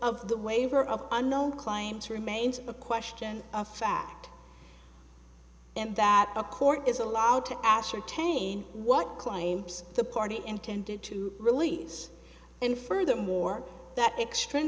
of the waiver of unknown claims remains a question of fact and that a court is allowed to ascertain what climbs the party intended to release and furthermore that extr